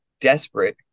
desperate